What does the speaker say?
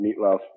Meatloaf